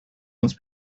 wants